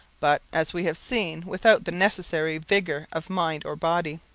but, as we have seen, without the necessary vigour of mind or body.